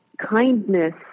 kindness